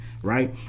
Right